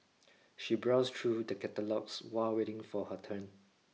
she browsed through the catalogues while waiting for her turn